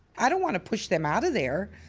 i don't want to push them out of there.